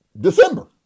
December